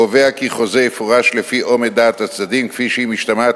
קובע כי חוזה יפורש לפי אומד דעת הצדדים כפי שהיא משתמעת